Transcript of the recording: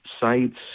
sites